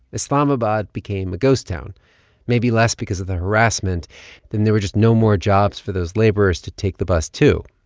islamabad became a ghost town maybe less because of the harassment than there were just no more jobs for those laborers to take the bus to.